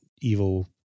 evil